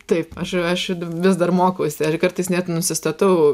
taip aš ir aš ir vis dar mokausi ir kartais net nusistatau